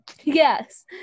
Yes